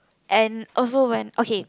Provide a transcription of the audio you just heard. and also when okay